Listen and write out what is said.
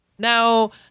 Now